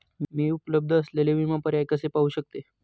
मी उपलब्ध असलेले विमा पर्याय कसे पाहू शकते?